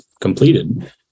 completed